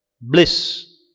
bliss